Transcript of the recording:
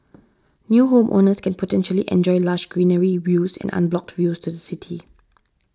new homeowners can potentially enjoy lush greenery views and unblocked views to the city